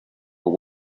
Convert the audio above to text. but